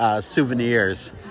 souvenirs